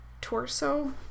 torso